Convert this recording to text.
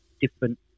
different